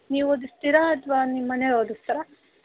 ನೀವು ಓದಿಸ್ತೀರಾ ಅಥವಾ ನಿಮ್ಮ ಮನೆಯವರು ಓದಿಸ್ತಾರಾ